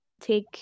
take